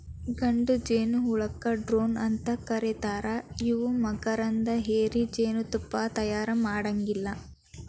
ಗಂಡು ಜೇನಹುಳಕ್ಕ ಡ್ರೋನ್ ಅಂತ ಕರೇತಾರ ಇವು ಮಕರಂದ ಹೇರಿ ಜೇನತುಪ್ಪಾನ ತಯಾರ ಮಾಡಾಂಗಿಲ್ಲ